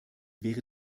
wäre